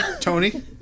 Tony